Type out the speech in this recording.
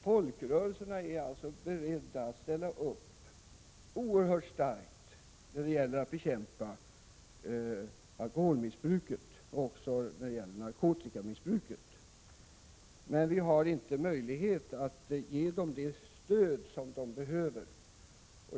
Folkrörelserna är alltså beredda att ställa upp oerhört starkt när det gäller att bekämpa alkoholoch narkotikamissbruket. Men vi har inte möjlighet att ge dem mer än 10 96 av det de behöver.